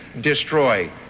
destroy